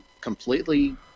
completely